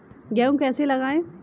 गेहूँ कैसे लगाएँ?